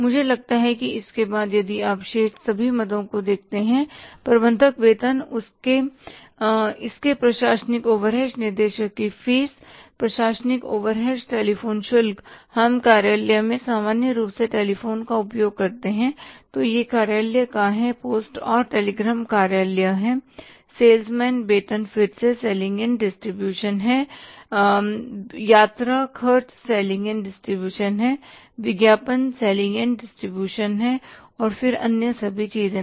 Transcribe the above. मुझे लगता है कि इसके बाद यदि आप शेष सभी मदों को देखते हैं प्रबंधक वेतन इसके प्रशासनिक ओवरहेड्स निदेशक की फीस प्रशासनिक ओवरहेड्स टेलीफोन शुल्क हम कार्यालय में सामान्य रूप से टेलीफोन का उपयोग करते हैं तो यह कार्यालय का है पोस्ट और टेलीग्राम कार्यालय है सेल्समैन वेतन फिर से सेलिंग एंड डिसटीब्यूशन है यात्रा खर्च सेलिंग एंड डिसटीब्यूशन विज्ञापन सेलिंग एंड डिसटीब्यूशनहै और फिर अन्य सभी चीजें